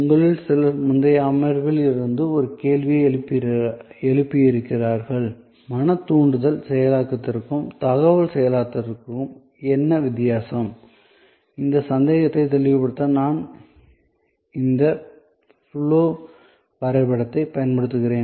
உங்களில் சிலர் முந்தைய அமர்வில் இருந்து ஒரு கேள்வியை எழுப்பியிருக்கிறார்கள் மன தூண்டுதல் செயலாக்கத்திற்கும் தகவல் செயலாக்கத்திற்கும் என்ன வித்தியாசம் அந்த சந்தேகத்தையும் தெளிவுபடுத்த நான் இந்த ஃப்ளோ விளக்கப்படத்தைப் பயன்படுத்துகிறேன்